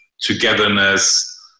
togetherness